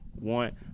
want